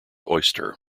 oyster